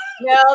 No